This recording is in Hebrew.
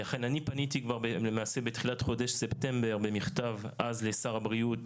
אכן אני פניתי למעשה בתחילת חודש ספטמבר במכתב אז לשר הבריאות